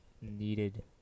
needed